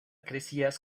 crecidas